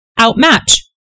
outmatch